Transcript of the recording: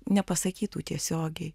nepasakytų tiesiogiai